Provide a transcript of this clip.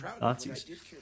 Nazis